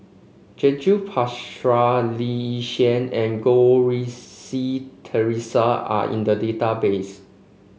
Judith Prakash Lee Yi Shyan and Goh Rui Si Theresa are in the database